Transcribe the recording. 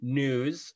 news